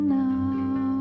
now